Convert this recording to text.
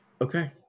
Okay